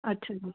ਅੱਛਾ ਜੀ